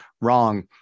wrong